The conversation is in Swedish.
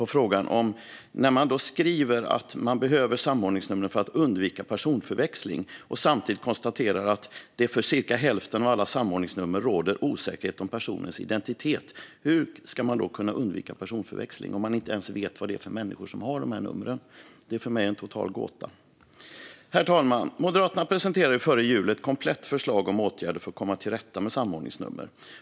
Hon säger i interpellationssvaret att man behöver samordningsnumren för att undvika personförväxling och konstaterar samtidigt att det för cirka hälften av alla samordningsnummer råder osäkerhet om personens identitet. Hur ska man kunna undvika personförväxling om man inte ens vet vad det är för människor som har de här numren? Det är för mig en total gåta. Herr talman! Moderaterna presenterade före jul ett komplett förslag om åtgärder för att komma till rätta med samordningsnumren.